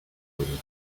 úplně